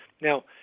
Now